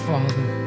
Father